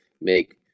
make